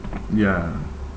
ya